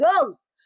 Ghost